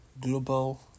global